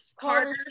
Carter